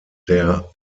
der